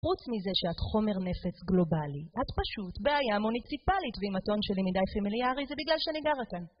חוץ מזה שאת חומר נפץ גלובלי, את פשוט בעיה מוניציפלית ואם הטון שלי מדי פמיליארי זה בגלל שאני גרה כאן